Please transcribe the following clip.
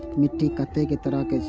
मिट्टी कतेक तरह के?